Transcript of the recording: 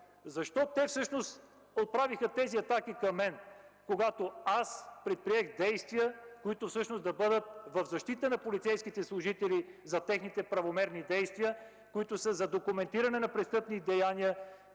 защо всъщност отправиха тези атаки към мен, когато аз предприех действия, които да бъдат в защита на полицейските служители за техните правомерни действия, за документиране на престъпни деяния,